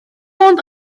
ond